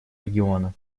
региона